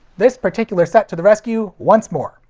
this particular set to the rescue once more!